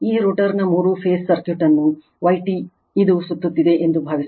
ಈ ರೋಟರ್ನ ಮೂರು ಫೇಸ್ ಸರ್ಕ್ಯೂಟ್ ಅನ್ನು Yt ಇದು ಸುತ್ತುತ್ತಿದೆ ಎಂದು ಭಾವಿಸೋಣ